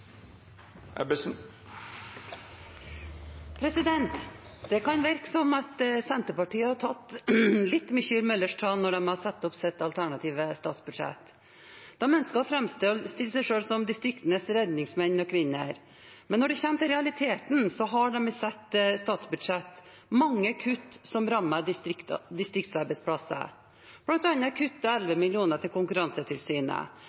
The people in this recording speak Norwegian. replikkordskifte. Det kan virke som om Senterpartiet har tatt litt mye Møllers tran når de har satt opp sitt alternative statsbudsjett. De ønsker å framstille seg selv som distriktenes redningsmenn og -kvinner, men når det kommer til realiteten, har de i sitt statsbudsjett mange kutt som